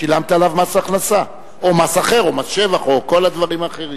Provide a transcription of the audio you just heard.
שילמת עליו מס הכנסה או מס אחר או מס שבח או כל הדברים האחרים.